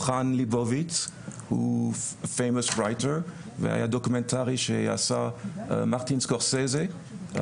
פראן ליבוביץ היא סופרת מפורסמת והיה סרט דוקומנטרי שעשה מרטין סקורסזה,